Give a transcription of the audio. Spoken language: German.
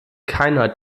keiner